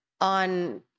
on